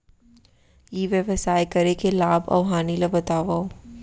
ई व्यवसाय करे के लाभ अऊ हानि ला बतावव?